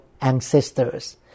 ancestors